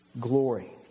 glory